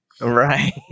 Right